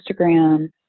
Instagram